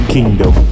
Kingdom